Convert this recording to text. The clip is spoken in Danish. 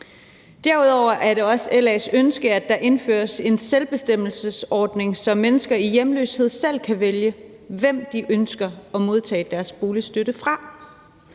Derudover er det også LA's ønske, at der indføres en selvbestemmelsesordning, så mennesker i hjemløshed selv kan vælge, hvem de ønsker at modtage deres boligstøtte fra.